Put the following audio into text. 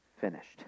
finished